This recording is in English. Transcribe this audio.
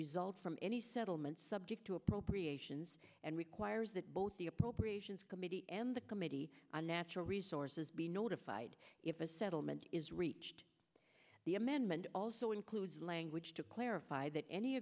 result from any settlements subject to appropriations and requires that both the appropriations committee and the committee on natural resources be notified if a settlement is reached the amendment also includes language to clarify that any